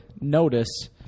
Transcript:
notice